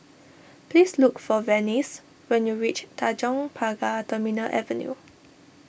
please look for Venice when you reach Tanjong Pagar Terminal Avenue